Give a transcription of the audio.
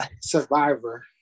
survivor